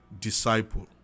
disciple